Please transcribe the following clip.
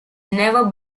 never